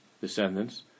descendants